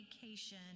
vacation